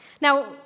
Now